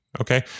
Okay